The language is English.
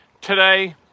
today